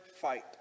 fight